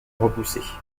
repousser